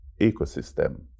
ecosystem